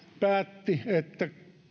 päätti että